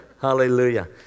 Hallelujah